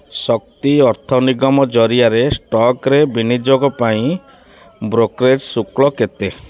ଶକ୍ତି ଅର୍ଥ ନିଗମ ଜରିଆରେ ଷ୍ଟକ୍ରେ ବିନିଯୋଗ ପାଇଁ ବ୍ରୋକ୍ରେଜ୍ ଶୁଳ୍କ କେତେ